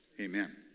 amen